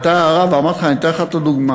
הייתה הערה ואמרתי לך: אני אתן לך את הדוגמה.